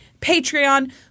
Patreon